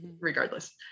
Regardless